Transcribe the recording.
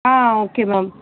ah okay ma'am